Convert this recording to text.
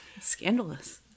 scandalous